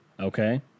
Okay